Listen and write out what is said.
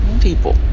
people